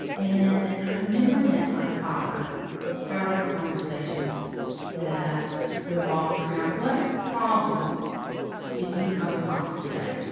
and i remember that my father started conversations that revolved around what problems did you come across today?